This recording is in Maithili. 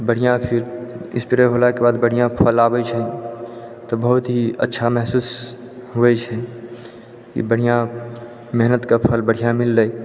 बढ़िआँ फिर इस्प्रे होलाके बाद बढ़िआँसँ फल आबै छै तऽ बहुत ही अच्छा महसूस होइ छै कि बढ़िआँ मेहनतके फल बढ़िआँ मिललै